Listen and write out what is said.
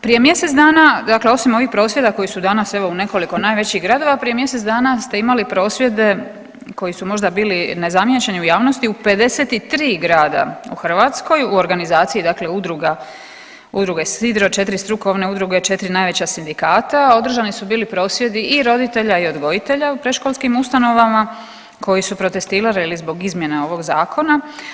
Prije mjesec dana dakle osim ovih prosvjeda koji su danas evo u nekoliko najvećih gradova prije mjesec dana ste imali prosvjede koji su možda bili nezamijećeni u javnosti u 53 grada u Hrvatskoj u organizaciji dakle Udruge Sidro, četiri strukovne udruge, četiri najveća sindikata održani su bili prosvjedi i roditelja i odgojitelja u predškolskim ustanovama koji su protestirali zbog izmjena ovoga zakona.